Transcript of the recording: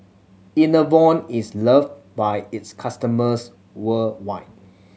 Enervon is loved by its customers worldwide